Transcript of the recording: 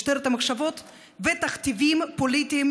משטרת המחשבות ותכתיבים פוליטיים,